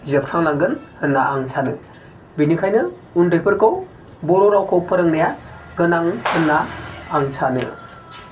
जोबस्रांलांगोन होनना आं सानो बेनिखायनो उन्दैफोरखौ बर' रावखौ फोरोंनाया गोनां होनना आं सानो